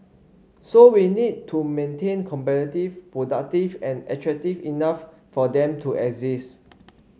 so we need to maintain competitive productive and attractive enough for them to exist